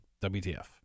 wtf